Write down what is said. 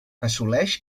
assoleix